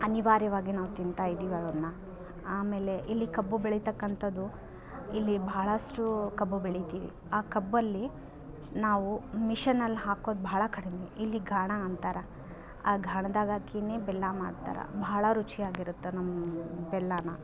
ಅನಿವಾರ್ಯವಾಗಿ ನಾವು ತಿಂತಾಯಿದ್ದೀವಿ ಅದನ್ನು ಆಮೇಲೆ ಇಲ್ಲಿ ಕಬ್ಬು ಬೆಳಿತಕ್ಕಂಥದ್ದು ಇಲ್ಲಿ ಭಾಳಷ್ಟು ಕಬ್ಬು ಬೆಳಿತೀವಿ ಆ ಕಬ್ಬಲ್ಲಿ ನಾವು ಮಿಷನಲ್ಲಿ ಹಾಕೋದು ಭಾಳ ಕಡಿಮೆ ಇಲ್ಲಿ ಗಾಣ ಅಂತಾರ ಆ ಗಾಣದಾಗ ಹಾಕಿನೇ ಬೆಲ್ಲ ಮಾಡ್ತಾರೆ ಭಾಳ ರುಚಿಯಾಗಿ ಇರುತ್ತೆ ನಮ್ಮ ಬೆಲ್ಲನ